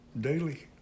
daily